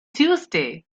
tuesday